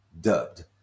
dubbed